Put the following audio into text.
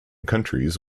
countries